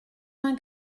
vingt